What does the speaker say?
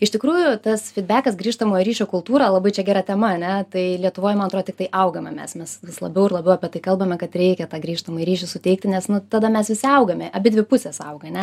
iš tikrųjų tas fytbekas grįžtamojo ryšio kultūra labai čia gera tema ane tai lietuvoj man antro tiktai augame mes mes vis labiau ir labiau apie tai kalbame kad reikia tą grįžtamąjį ryšį suteikti nes nu tada mes visi augame abidvi pusės auga ane